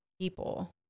people